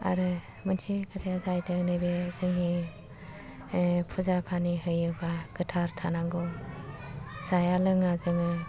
आरो मोनसे खोथाया जाहैदों नैबे जोंनि फुजा पानि होयोबा गोथार थानांगौ जाया लोङा जोङो